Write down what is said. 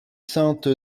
sainte